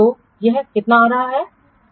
तो यह कितना आ रहा है